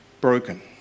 broken